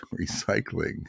recycling